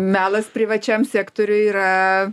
melas privačiam sektoriui yra